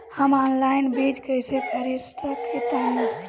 हम ऑनलाइन बीज कईसे खरीद सकतानी?